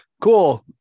cool